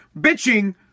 bitching